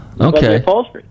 Okay